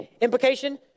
implication